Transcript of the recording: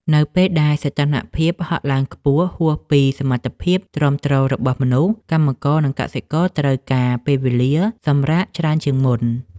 នៅពេលដែលសីតុណ្ហភាពហក់ឡើងខ្ពស់ហួសពីសមត្ថភាពទ្រាំទ្ររបស់មនុស្ស កម្មករ និងកសិករត្រូវការពេលវេលាសម្រាកច្រើនជាងមុន។